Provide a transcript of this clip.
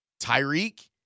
Tyreek